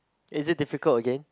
is it difficult again